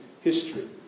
history